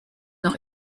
noch